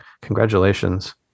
Congratulations